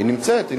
היא נמצאת.